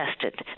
tested